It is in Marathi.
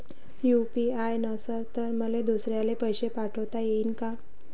यू.पी.आय नसल तर मले दुसऱ्याले पैसे पाठोता येईन का?